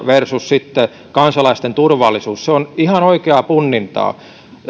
versus kansalaisten turvallisuutta ja se on ihan oikeaa punnintaa